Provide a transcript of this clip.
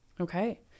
okay